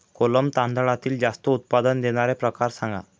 कोलम तांदळातील जास्त उत्पादन देणारे प्रकार सांगा